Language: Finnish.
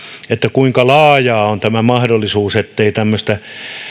kuinka laaja on tämä mahdollisuus ettei tämmöistä